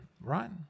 right